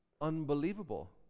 unbelievable